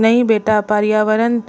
नहीं बेटा पर्यावरण